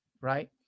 right